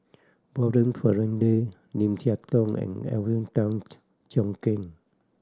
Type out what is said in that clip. Warren Fernandez Lim Siah Tong and Alvin Tan Cheong Kheng